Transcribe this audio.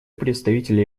представителя